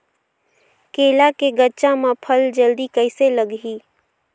केला के गचा मां फल जल्दी कइसे लगही?